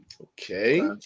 Okay